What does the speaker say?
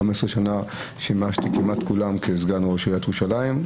15 שנה שימשתי כמעט כולן כסגן ראש עיריית ירושלים,